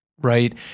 Right